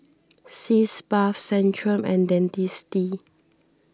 Sitz Bath Centrum and Dentiste